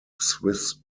swiss